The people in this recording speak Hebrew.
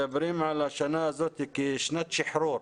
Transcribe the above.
מדברים על השנה הזאת כשנת שחרור.